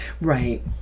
Right